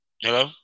Hello